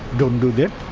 don't do that.